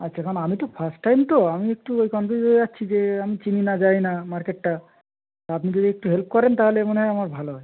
আচ্ছা কেন আমি তো ফার্স্ট টাইম তো আমি একটু ওই কনফিউস হয়ে যাচ্ছি যে আমি চিনি না জানি না মার্কেটটা আপনি যদি একটু হেল্প করেন তাহালে মনে হয় আমার ভালো হয়